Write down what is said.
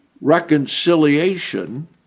reconciliation